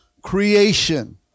creation